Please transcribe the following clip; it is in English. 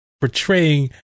portraying